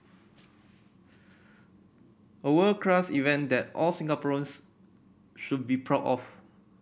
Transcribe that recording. a world class event that all Singaporeans should be proud of